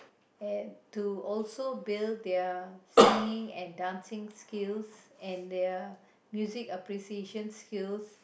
and to also build their singing and dancing skills and their music appreciation skills